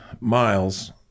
miles